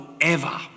forever